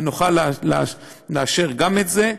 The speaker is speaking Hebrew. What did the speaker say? ונוכל לאשר גם את זה,